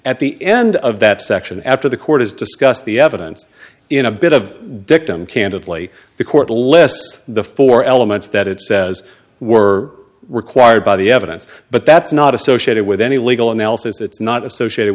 at the end of that section after the court has discussed the evidence in a bit of dictum candidly the court less the four elements that it says were required by the evidence but that's not associated with any legal analysis it's not associated